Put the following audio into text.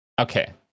Okay